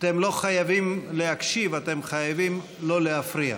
אתם לא חייבים להקשיב, אתם חייבים לא להפריע.